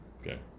okay